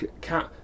cat